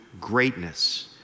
greatness